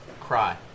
cry